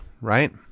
right